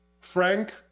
Frank